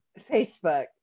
Facebook